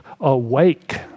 awake